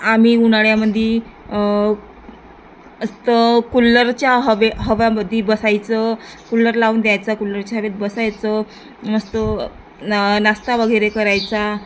आम्ही उन्हाळ्यामध्ये असतं कुल्लरच्या हवे हवामध्ये बसायचं कूलर लावून द्यायचा कूलरच्या हवेत बसायचं मस्त न नास्ता वगैरे करायचा